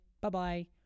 bye-bye